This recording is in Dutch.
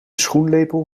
schoenlepel